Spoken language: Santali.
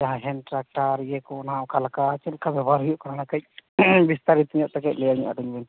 ᱡᱟᱦᱟᱸ ᱦᱮᱱᱰ ᱴᱨᱟᱠᱴᱟᱨ ᱤᱭᱟᱹᱠᱚ ᱚᱱᱟ ᱚᱠᱟᱞᱮᱠᱟ ᱪᱮᱫᱞᱮᱠᱟ ᱵᱮᱵᱚᱦᱟᱨ ᱦᱩᱭᱩᱜ ᱠᱟᱱᱟ ᱚᱱᱟ ᱠᱟᱹᱡ ᱵᱤᱥᱛᱟᱨᱤᱛᱚᱧᱚᱜᱛᱮ ᱠᱟᱹᱡ ᱞᱟᱹᱭ ᱟᱸᱡᱚᱢ ᱟᱹᱞᱤᱧᱵᱮᱱ